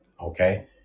Okay